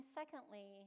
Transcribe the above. secondly